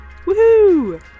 woohoo